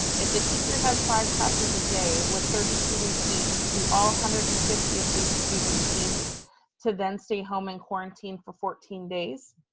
if the teacher has five classes a day with thirty students each, do all one hundred and fifty of these students need to then stay home in quarantine for fourteen days?